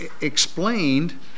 explained